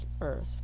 earth